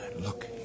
Look